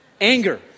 Anger